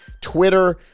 Twitter